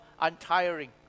untiring